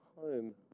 home